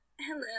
Hello